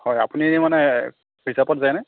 হয় আপুনি মানে ৰিজাৰ্ভত যায়নে